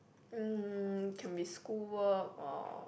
mm can be school work or